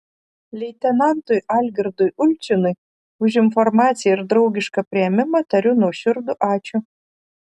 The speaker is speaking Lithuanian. leitenantui algirdui ulčinui už informaciją ir draugišką priėmimą tariu nuoširdų ačiū